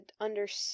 understand